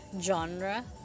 genre